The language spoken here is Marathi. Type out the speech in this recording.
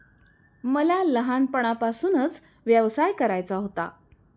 मला लहानपणापासूनच व्यवसाय करायचा होता